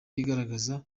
yigaragaza